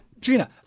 Gina